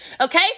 Okay